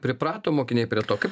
priprato mokiniai prie to kaip